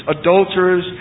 Adulterers